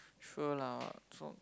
sure lah so